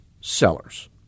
sellers